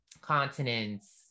continents